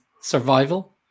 survival